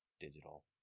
digital